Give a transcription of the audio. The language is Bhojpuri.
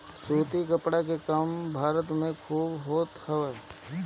सूती कपड़ा के काम भी भारत में खूब होखत हवे